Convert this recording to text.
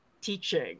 teaching